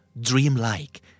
dreamlike